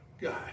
God